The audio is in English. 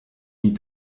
need